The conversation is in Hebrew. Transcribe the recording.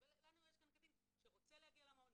אבל לנו יש קטין שרוצה להגיע למעון,